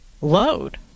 load